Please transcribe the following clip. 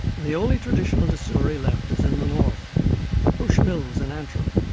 and the only traditional distillery left is in the north at bushmills in antrim,